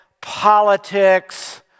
politics